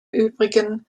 übrigen